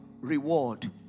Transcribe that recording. reward